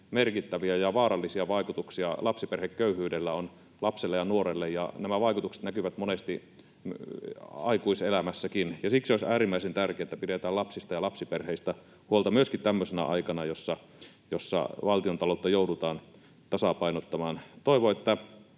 merkittäviä ja vaarallisia vaikutuksia lapsiperheköyhyydellä on lapselle ja nuorelle. Nämä vaikutukset näkyvät monesti aikuiselämässäkin, ja siksi olisi äärimmäisen tärkeää, että pidetään lapsista ja lapsiperheistä huolta myöskin tämmöisenä aikana, jolloin valtiontaloutta joudutaan tasapainottamaan. Toivon, että